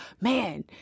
man